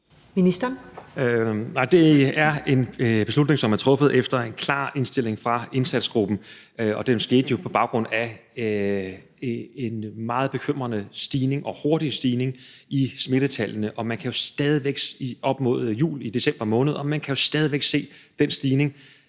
det er en beslutning, som er truffet efter en klar indstilling fra indsatsgruppen. Det skete jo på baggrund af en meget bekymrende og hurtig stigning i smittetallene op mod jul, i december måned.